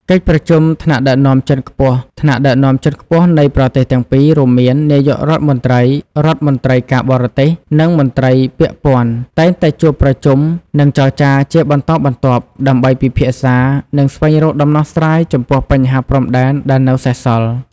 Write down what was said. កិច្ចប្រជុំថ្នាក់ដឹកនាំជាន់ខ្ពស់ថ្នាក់ដឹកនាំជាន់ខ្ពស់នៃប្រទេសទាំងពីរ រួមមាន នាយករដ្ឋមន្ត្រី រដ្ឋមន្ត្រីការបរទេស និងមន្ត្រីពាក់ព័ន្ធ តែងតែជួបប្រជុំ និងចរចាជាបន្តបន្ទាប់ ដើម្បីពិភាក្សា និងស្វែងរកដំណោះស្រាយចំពោះបញ្ហាព្រំដែនដែលនៅសេសសល់។